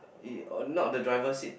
in not the driver seat